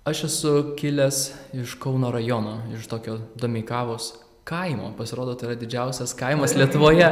aš esu kilęs iš kauno rajono iš tokio domeikavos kaimo pasirodo tai yra didžiausias kaimas lietuvoje